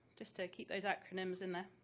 just to keep those acronyms in there,